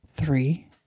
three